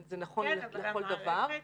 זה נכון לכל דבר.